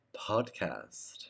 Podcast